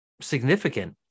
significant